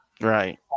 Right